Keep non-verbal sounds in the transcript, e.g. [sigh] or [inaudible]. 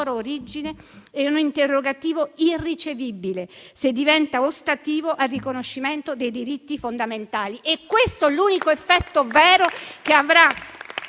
origine è un interrogativo irricevibile, se diventa ostativo al riconoscimento dei diritti fondamentali. [applause] È questo l'unico effetto vero che avrà